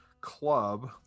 Club